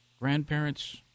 Grandparents